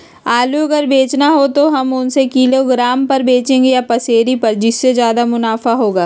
आलू अगर बेचना हो तो हम उससे किलोग्राम पर बचेंगे या पसेरी पर जिससे ज्यादा मुनाफा होगा?